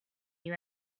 you